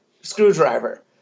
screwdriver